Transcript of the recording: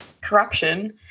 corruption